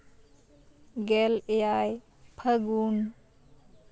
ᱜᱮᱞ ᱮᱭᱟᱭ ᱯᱷᱟᱹᱜᱩᱱ